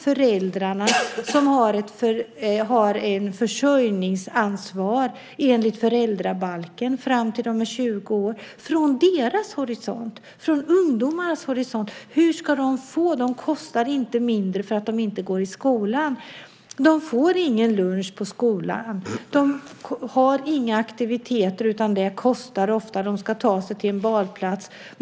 Föräldrarna har ett försörjningsansvar enligt föräldrabalken fram till dess barnen är 20 år. Det handlar om föräldrarnas horisont och ungdomarnas horisont. De kostar inte mindre för att de inte går i skolan. De får ingen lunch på skolan. De har inga aktiviteter. Det kostar ofta om de ska ta sig till en badplats.